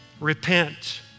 repent